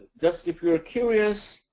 just if you are curious,